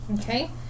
Okay